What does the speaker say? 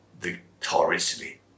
victoriously